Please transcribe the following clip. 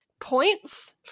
points